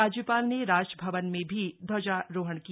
राज्यपाल ने राजभवन में भी ध्वजारोहण किया